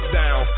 down